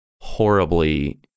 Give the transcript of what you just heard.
horribly